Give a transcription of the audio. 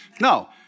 No